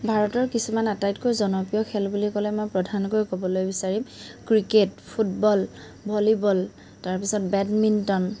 ভাৰতৰ কিছুমান আটাইতকৈ জনপ্ৰিয় খেল বুলি ক'লে মই প্ৰধানকৈ ক'বলৈ বিচাৰিম ক্ৰিকেট ফুটবল ভলীবল তাৰপিছত বেডমিণ্টন